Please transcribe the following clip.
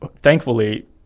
thankfully